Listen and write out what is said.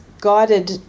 Guided